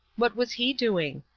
what was he doing?